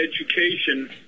Education